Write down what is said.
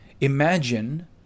Imagine